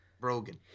Brogan